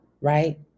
right